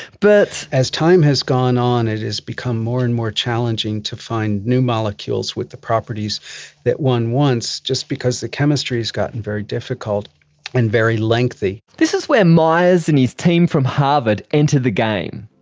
but as time has gone on it has become more and more challenging to find new molecules with the properties that one wants, just because the chemistry has gotten very difficult and very lengthy. this is where myers and his team from harvard entered the game,